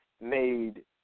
made